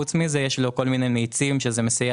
חוץ מזה יש לו כל מיני מאיצים כדי לסייע